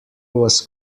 was